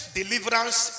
deliverance